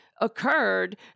occurred